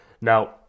now